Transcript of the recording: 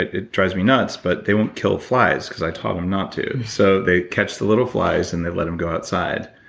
it drives me nuts, but they won't kill flies because i taught them not to, so they catch the little flies and they let them go outside.